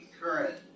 current